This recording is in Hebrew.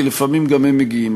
כי לפעמים גם הם מגיעים,